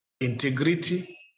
integrity